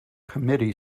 committee